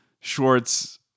Schwartz